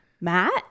matt